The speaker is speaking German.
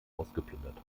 ausgeplündert